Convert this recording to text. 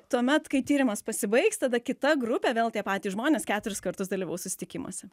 tuomet kai tyrimas pasibaigs tada kita grupė vėl tie patys žmonės keturis kartus dalyvaus susitikimuose